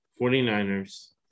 49ers